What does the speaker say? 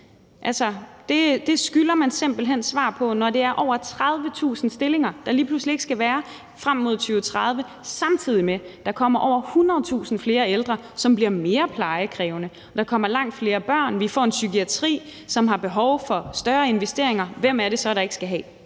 det skylder man simpelt hen svar på, når det er over 30.000 stillinger, der lige pludselig ikke skal være der frem mod 2030, samtidig med at der kommer over 100.000 flere ældre, som bliver mere plejekrævende, der kommer langt flere børn og vi får en psykiatri, som har behov for større investeringer. Hvem er det så, der ikke skal have?